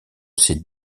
ces